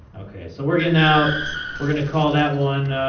okay so we're getting out we're gonna call that one.